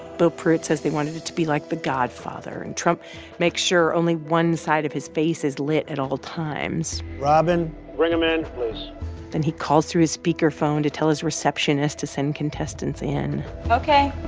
bill pruitt says they wanted it to be like the godfather. and trump makes sure only one side of his face is lit at all times um and um and then he calls through his speakerphone to tell his receptionist to send contestants in ok.